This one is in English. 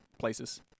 Places